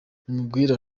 namubwira